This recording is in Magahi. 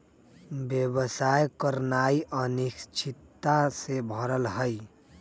व्यवसाय करनाइ अनिश्चितता से भरल हइ